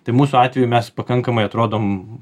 tai mūsų atveju mes pakankamai atrodom